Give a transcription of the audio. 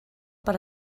per